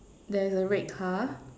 there's a red car